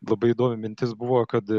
labai įdomi mintis buvo kad